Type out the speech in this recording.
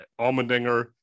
Almendinger